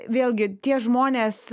vėlgi tie žmonės